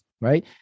Right